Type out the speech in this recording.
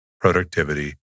productivity